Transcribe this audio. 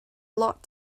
lot